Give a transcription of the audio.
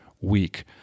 week